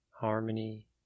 Harmony